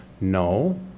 No